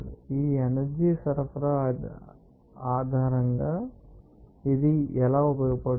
ఈ ఎనర్జీ సరఫరా ఆధారంగా ఇది ఎలా ఉపయోగించబడుతోంది